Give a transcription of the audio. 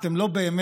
שאתם לא באמת